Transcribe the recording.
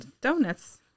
donuts